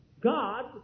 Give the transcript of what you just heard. God